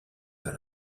par